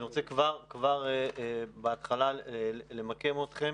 אני כבר בהתחלה למקם אתכם: